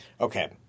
Okay